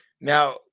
Now